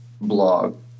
blog